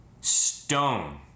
Stone